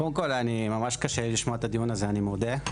קודם כל ממש קשה לי לשמוע את הדיון הזה, אני מודה.